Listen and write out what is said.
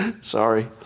Sorry